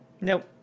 Nope